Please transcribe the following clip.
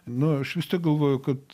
nu aš vis tiek galvoju kad